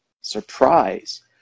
surprise